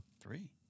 three